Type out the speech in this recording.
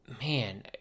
man